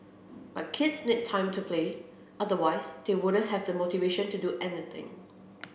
but kids need time to play otherwise they wouldn't have the motivation to do anything